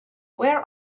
where